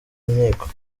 nkiko